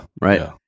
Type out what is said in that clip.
Right